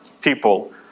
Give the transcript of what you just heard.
people